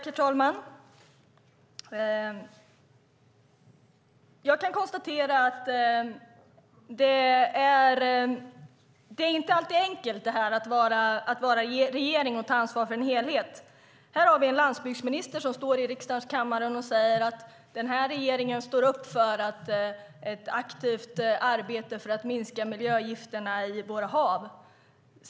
Herr talman! Jag kan konstatera att det inte alltid är enkelt att vara i en regering och ta ansvar för en helhet. Här har vi en landsbygdsminister som står i riksdagens kammare och säger att denna regering står upp för ett aktivt arbete för att minska miljögifterna i våra hav.